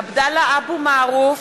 עבדאללה אבו מערוף,